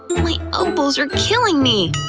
my elbows are killing me!